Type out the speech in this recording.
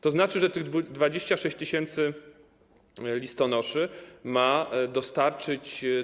To znaczy, że 26 tys. listonoszy ma dostarczyć.